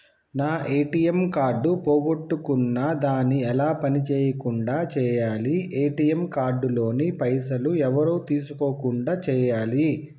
నా ATM card పోగొట్టుకున్నా దాన్ని ఎలా పని చేయకుండా చేయాలి ఏ.టి.ఎమ్ కార్డు లోని పైసలు ఎవరు తీసుకోకుండా చేయాలి?